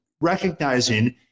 recognizing